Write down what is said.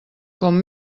com